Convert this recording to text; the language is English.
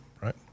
right